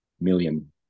million